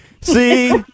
See